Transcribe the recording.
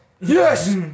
Yes